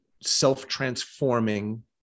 self-transforming